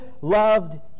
loved